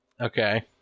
okay